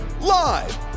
live